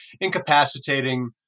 incapacitating